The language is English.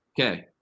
Okay